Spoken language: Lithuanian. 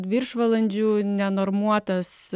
viršvalandžių nenormuotas